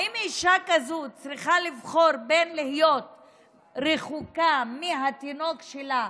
האם אישה כזאת צריכה לבחור בין להיות רחוקה מהתינוק שלה